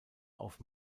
auf